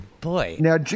Boy